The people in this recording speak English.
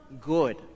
good